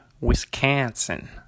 Wisconsin